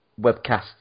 webcast